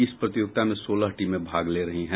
इस प्रतियोगिता में सोलह टीमें भाग ले रही हैं